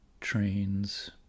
trains